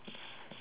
okay